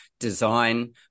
design